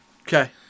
Okay